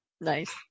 Nice